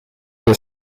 des